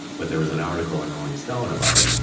but there was an article in rolling stone about it.